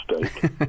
mistake